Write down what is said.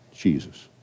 Jesus